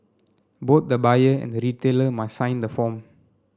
both the buyer and the retailer must sign the form